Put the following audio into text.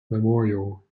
memorial